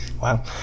Wow